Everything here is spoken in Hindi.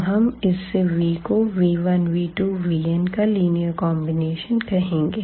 तो हम इससे v को v1v2vn का लीनियर कॉन्बिनेशन कहेंगे